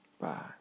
Bye